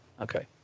okay